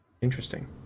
Interesting